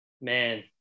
Man